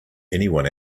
anyone